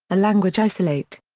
a language isolate.